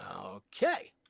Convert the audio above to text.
Okay